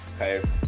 Okay